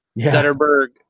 Zetterberg